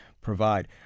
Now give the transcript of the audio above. provide